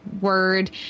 word